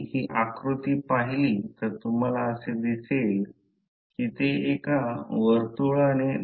ही flux लाईनची radius r आहे आणि ही युनिफॉर्म आहे ती एक वर्तुळाकार आहे